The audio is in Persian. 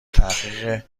تحقق